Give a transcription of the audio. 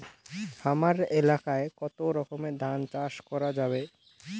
হামার এলাকায় কতো রকমের ধান চাষ করা যাবে?